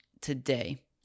today